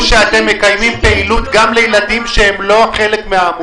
שאתם מקיימים פעילות גם לילדים שהם לא חלק מהעמותה.